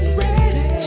ready